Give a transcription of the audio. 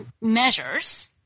measures